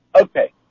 okay